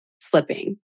slipping